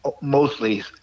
mostly